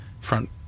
front